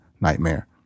nightmare